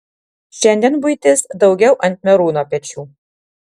šiandien buitis daugiau ant merūno pečių